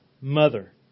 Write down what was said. mother